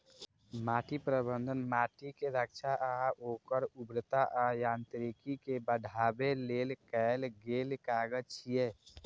माटि प्रबंधन माटिक रक्षा आ ओकर उर्वरता आ यांत्रिकी कें बढ़ाबै लेल कैल गेल काज छियै